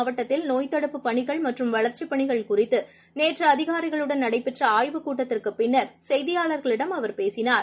மாவட்டத்தில் நோய்த் தடுப்புப் பணிகள் பணிகள் சேலம் குறித்துநேற்றுஅதிகாரிகளுடன் நடைபெற்றஆய்வுக் கூட்டத்திற்குப் பின்னர் செய்தியாளர்களிடம் அவர் பேசினார்